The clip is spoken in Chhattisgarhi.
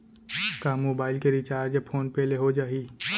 का मोबाइल के रिचार्ज फोन पे ले हो जाही?